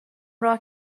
راه